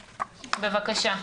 כסף בשלב זה, להשאיר